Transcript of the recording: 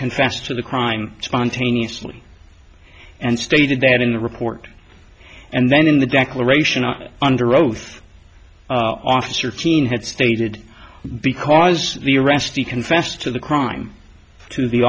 confessed to the crime spontaneously and stated that in the report and then in the declaration of under oath officer jean had stated because the arrestee confessed to the crime to the